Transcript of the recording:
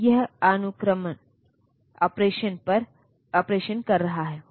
इसलिए इस तरह से आपके बीच कोई अन्य विकल्प नहीं है